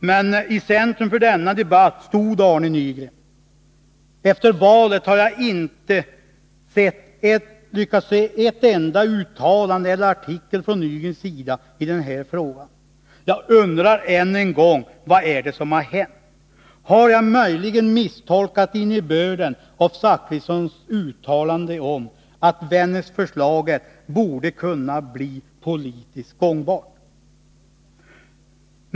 Men i centrum för denna debatt stod Arne Nygren. Efter valet har jag inte lyckats se ett enda uttalande eller en enda artikel från Arne Nygrens sida i den här frågan. Jag undrar än en gång: Vad är det som har hänt? Har jag möjligen misstolkat innebörden av Bertil Zachrissons uttalande att ”Vännäsförslaget borde kunna bli politiskt gångbart”?